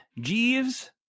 Jeeves